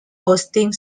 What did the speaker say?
hosting